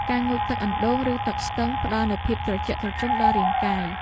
ការងូតទឹកអណ្តូង ឬទឹកស្ទឹង ផ្តល់នូវភាពត្រជាក់ត្រជុំដល់រាងកាយ។